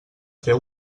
fer